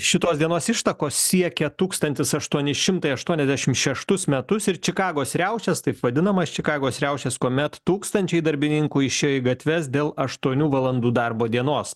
šitos dienos ištakos siekia tūkstantis aštuoni šimtai aštuoniasdešimt šeštus metus ir čikagos riaušes taip vadinamas čikagos riaušes kuomet tūkstančiai darbininkų išėjo į gatves dėl aštuonių valandų darbo dienos